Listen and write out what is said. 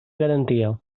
garantia